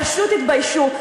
פשוט תתביישו.